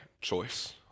choice